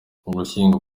ugushyingo